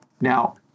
Now